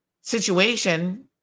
situation